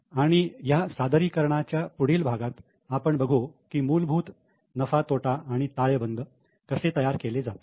आणि ह्या सादरीकरणाच्या पुढील भागात आपण बघू की मूलभूत नफा तोटा आणि ताळेबंद कसे तयार केले जाते